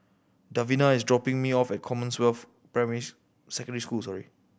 Davina is dropping me off at Commonwealth Primary Secondary School sorry